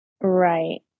Right